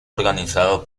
organizado